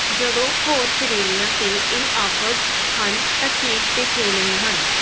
ਜਦੋਂ ਹੋਰ ਸ਼੍ਰੇਣੀਆਂ 'ਤੇ ਇਹ ਆਫ਼ਰਜ਼ ਹਨ ਤਾਂ ਕੇਕ 'ਤੇ ਕਿਉਂ ਨਹੀਂ ਹਨ